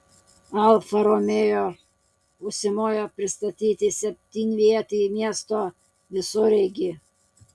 alfa romeo užsimojo pristatyti septynvietį miesto visureigį